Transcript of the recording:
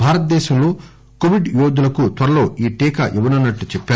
భారతదేశంలో కోవిడ్ యోధులకు త్వరలో ఈ టీకా ఇవ్వనున్నట్లు చెప్పారు